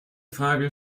frage